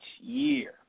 year